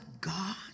God